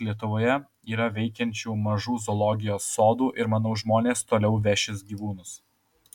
lietuvoje yra veikiančių mažų zoologijos sodų ir manau žmonės toliau vešis gyvūnus